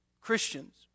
Christians